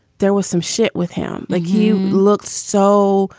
there was some shit with him, like you looked so